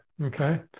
Okay